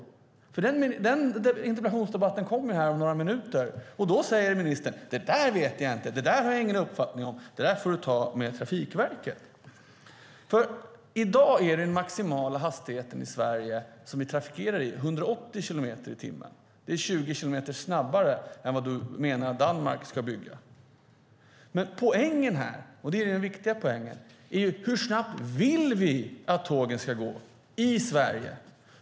Den interpellationsdebatten kommer om några minuter. Då säger ministern: Det där vet jag inte. Det har jag ingen uppfattning om. Det där får du ta med Trafikverket. I Sverige i dag är den maximala hastigheten som vi trafikerar i 180 kilometer i timmen. Du menar att Danmark ska bygga för 20 kilometer snabbare. Poängen här, och det är den viktiga poängen, är: Hur snabbt vill vi att tågen ska gå i Sverige?